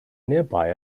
nearby